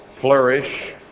flourish